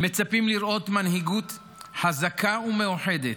הם מצפים לראות מנהיגות חזקה ומאוחדת,